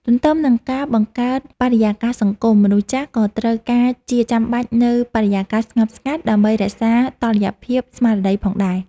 ទន្ទឹមនឹងការបង្កើតបរិយាកាសសង្គម មនុស្សចាស់ក៏ត្រូវការជាចាំបាច់នូវ បរិយាកាសស្ងប់ស្ងាត់ ដើម្បីរក្សាតុល្យភាពស្មារតីផងដែរ។